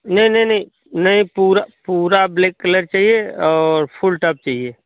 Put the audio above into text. नहीं नहीं नहीं नहीं पूरा पूरा ब्लैक कलर चाहिए और फुल टॉप चाहिए